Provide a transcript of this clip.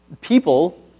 people